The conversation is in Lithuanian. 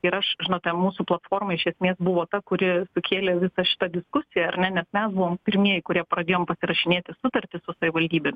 ir aš žinote mūsų platforma iš esmės buvo ta kuri sukėlė visą šitą diskusiją ar ne nes mes buvom pirmieji kurie pradėjom pasirašinėti sutartis su savivaldybėmis